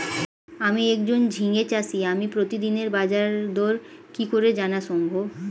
আমি একজন ঝিঙে চাষী আমি প্রতিদিনের বাজারদর কি করে জানা সম্ভব?